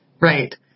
Right